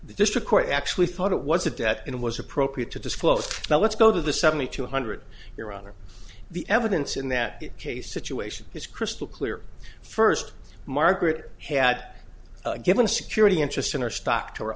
court actually thought it was it that it was appropriate to disclose now let's go to the seventy two hundred your honor the evidence in that case situation is crystal clear first margaret had given security interest in her stock to her